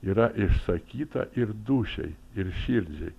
yra išsakyta ir dūšiai ir širdžiai